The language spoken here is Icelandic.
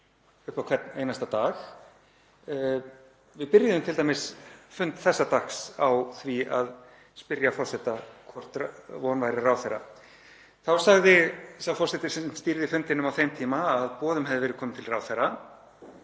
upp á hvern einasta dag. Við byrjuðum t.d. fund þessa dags á því að spyrja forseta hvort von væri á ráðherra. Þá sagði sá forseti sem stýrði fundinum á þeim tíma að boðum hefði verið komið til ráðherra.